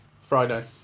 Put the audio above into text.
Friday